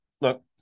Look